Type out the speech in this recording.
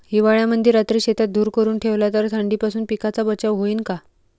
हिवाळ्यामंदी रात्री शेतात धुर करून ठेवला तर थंडीपासून पिकाचा बचाव होईन का?